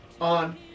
on